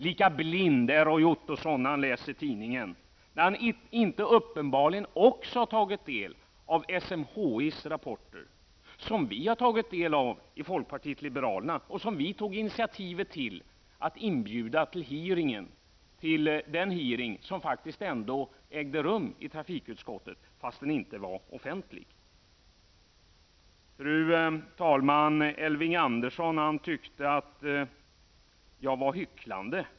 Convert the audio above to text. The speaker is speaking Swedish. Lika blind är Roy Ottosson när han läser tidningar, eftersom han uppenbarligen inte har tagit del av SMHIs rapport, som vi i folkpartiet liberalerna har tagit del av. Vi tog initiativet att inbjuda representanter för SMHI till den hearing som faktiskt ägde rum i trafikutskottet, men som inte var offentlig. Fru talman! Elving Andersson tyckte att jag var hycklande.